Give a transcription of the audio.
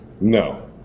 No